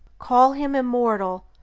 call him immortal,